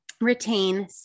retain